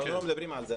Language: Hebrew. אנחנו לא מדברים על זה,